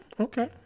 okay